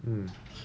mm